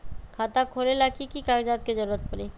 खाता खोले ला कि कि कागजात के जरूरत परी?